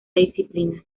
disciplina